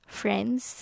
friends